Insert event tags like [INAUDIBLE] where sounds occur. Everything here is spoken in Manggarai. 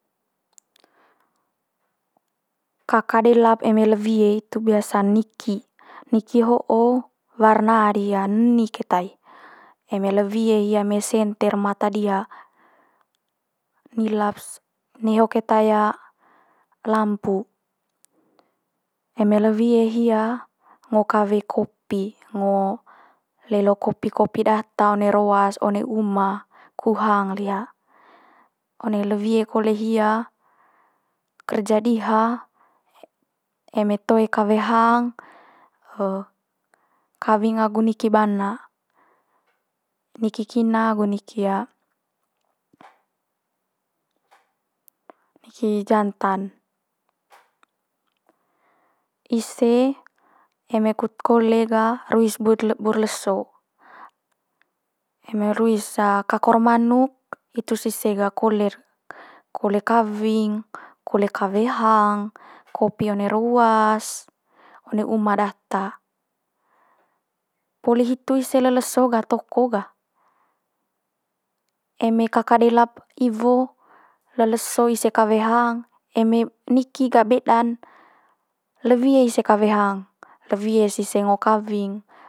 kaka delap eme le wie itu biasa'n niki. Niki ho'o warna diha neni keta i. Eme le wie hia me senter mata diha. Lelap's neho keta lampu. Eme le wie hia ngo kawe kopi ngo lelo kopi kopi data one roas, one uma ku hang liha. One le wie kole hia kerja diha e- eme toe kawe hang [HESITATION] kawing agu niki bana, niki kina agu niki niki jantan. Ise eme kut kole gah ruis but- bur leso, eme ruis kakor manuk hitu's ise ga kole'r, kole kawing, kole kawe hang, kopi one roas, one uma data. Poli hitu ise le leso ga toko gah, eme kaka delap iwo le leso ise kawe hang, eme niki ga beda'n le wie ise kawe hang, le wie sise ngo kawing.